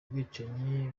bwicanyi